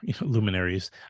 luminaries